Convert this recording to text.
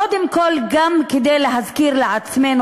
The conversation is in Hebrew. קודם כול כדי להזכיר לעצמנו,